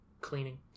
cleaning